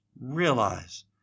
realize